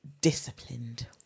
Disciplined